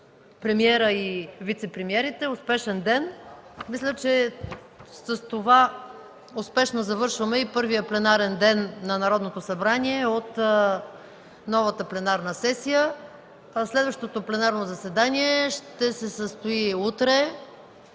премиера и вицепремиерите. Успешен ден! Мисля, че с това успешно завършваме и първият пленарен ден на Народното събрание от новата пленарна сесия. Следващото пленарно заседание ще се състои утре,